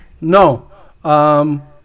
No